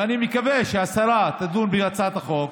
ואני מקווה שהשרה תדון בהצעת החוק,